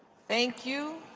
thank you.